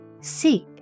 Seek